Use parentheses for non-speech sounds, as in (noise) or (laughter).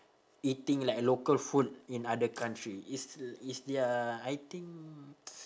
eating like local food in other country it's it's their I think (noise)